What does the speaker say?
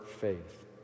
faith